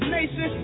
nation